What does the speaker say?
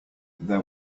there